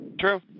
true